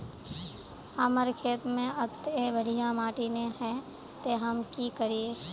हमर खेत में अत्ते बढ़िया माटी ने है ते हम की करिए?